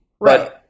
Right